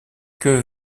que